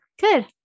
Good